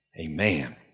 amen